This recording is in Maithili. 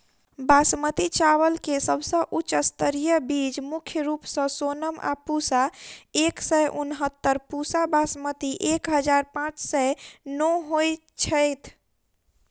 बासमती चावल केँ सबसँ उच्च स्तरीय बीज मुख्य रूप सँ सोनम आ पूसा एक सै उनहत्तर, पूसा बासमती एक हजार पांच सै नो होए छैथ?